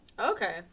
Okay